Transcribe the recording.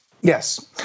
Yes